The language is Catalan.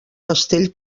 castell